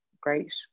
great